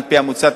על-פי המוצע,